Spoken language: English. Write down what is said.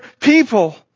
people